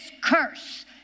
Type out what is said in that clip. curse